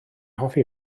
hoffi